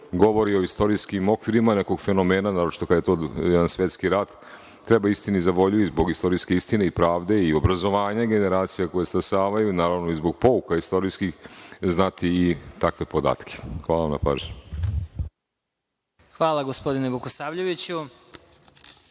govori o istorijskim okvirima nekog fenomena, naročito kad je to jedan svetski rat, treba istini za volju, zbog istorijske istine i pravde i obrazovanja generacija koje stasavaju, naravno i zbog pouka istorijskih znati i takve podatke. Hvala vam na pažnji. **Vladimir Marinković**